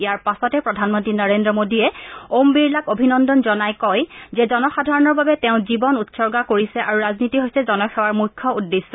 ইয়াৰ পাছতে প্ৰধানমন্ত্ৰী নৰেজ্ৰ মোডীয়ে ওম বিৰলাক অভিনন্দন জনাই কয় যে জনসাধাৰণৰ বাবে তেওঁ জীৱন উৎসৰ্গা কৰিছে আৰু ৰাজনীতি হৈছে জনসেৱাৰ মুখ্য উদ্দেশ্য